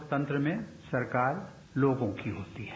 लोकतंत्र में सरकार लोगों की होती है